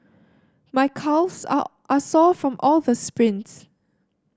my calves are are sore from all the sprints